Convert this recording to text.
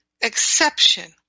exception